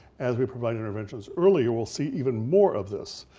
as we provide interventions earlier, we'll see even more of this.